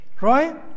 right